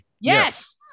Yes